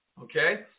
okay